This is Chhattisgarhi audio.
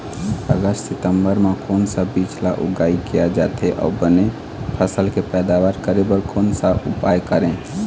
अगस्त सितंबर म कोन सा बीज ला उगाई किया जाथे, अऊ बने फसल के पैदावर करें बर कोन सा उपाय करें?